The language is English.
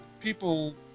people